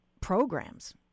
programs